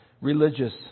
religious